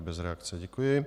Bez reakce, děkuji.